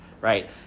right